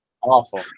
Awful